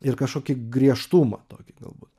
ir kažkokį griežtumą tokį galbūt